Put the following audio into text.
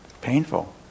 Painful